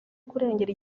kurengera